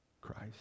Christ